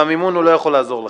הוא לא יכול לעזור לכם.